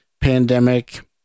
pandemic